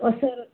ওচৰৰ